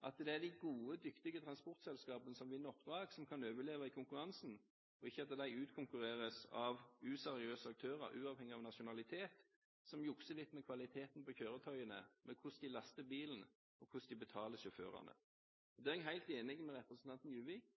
og at det er de gode og dyktige transportselskapene som vinner oppdrag og overlever i konkurransen – ikke at de utkonkurreres av useriøse aktører, uavhengig av nasjonalitet, som jukser litt med kvaliteten på kjøretøyene, hvordan de laster bilen og hvordan de betaler sjåførene. Der er jeg helt enig med representanten Juvik: